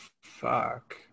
Fuck